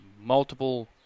multiple